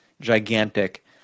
gigantic